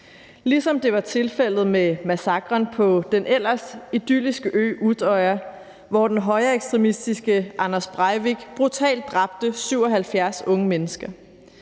Ligesom det var tilfældet med massakren på den ellers idylliske ø Utøya, hvor den højreekstremistiske Anders Breivik brutalt dræbte 77 unge mennesker.